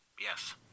Yes